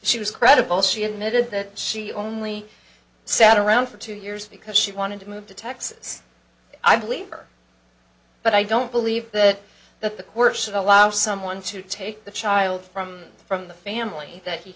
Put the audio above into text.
she was credible she admitted that she only sat around for two years because she wanted to move to texas i believe her but i don't believe that the quirks of allow someone to take the child from from the family that he